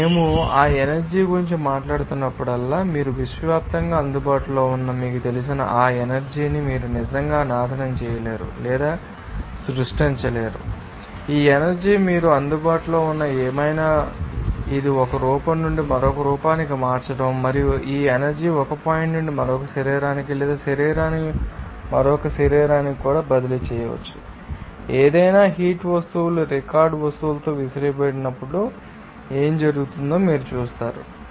మేము ఆ ఎనర్జీ గురించి మాట్లాడుతున్నప్పుడల్లా మీరు విశ్వవ్యాప్తంగా అందుబాటులో ఉన్నారని మీకు తెలిసిన ఆ ఎనర్జీ ని మీరు నిజంగా నాశనం చేయలేరు లేదా సృష్టించలేరు అని మీరు చూస్తారు ఈ ఎనర్జీ మీకు అందుబాటులో ఉన్న ఏమైనా మీకు తెలుసు ఇది ఒక రూపం నుండి మరొక రూపానికి మార్చండి మరియు ఈ ఎనర్జీ ని ఒక పాయింట్ నుండి మరొక శరీరానికి లేదా ఒక శరీరానికి మరొక శరీరానికి కూడా బదిలీ చేయవచ్చు ఏదైనా హీట్ వస్తువు రికార్డ్ వస్తువుతో విసిరివేయబడినట్లుగా ఏమి జరుగుతుందో మీరు చూస్తారు వేడి ఎనర్జీ ఈ వేడి శరీరం నుండి చల్లని శరీరానికి బదిలీ చేయబడుతుందని మీరు చూస్తారు